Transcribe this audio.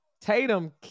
Tatum